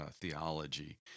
theology